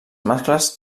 mascles